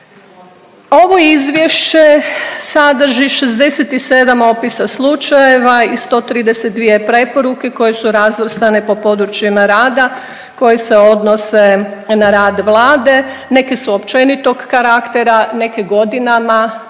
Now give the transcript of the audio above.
Ovo izvješće sadrži 67 opisa slučajeva i 132 preporuke koje su razvrstane po područjima rada koje se odnose na rad Vlade. Neki su općenitog karaktera neke godinama